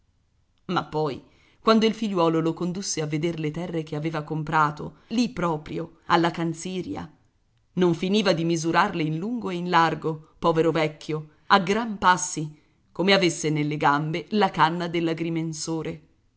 ma poi quando il figliuolo lo condusse a veder le terre che aveva comprato lì proprio alla canziria non finiva di misurarle in lungo e in largo povero vecchio a gran passi come avesse nelle gambe la canna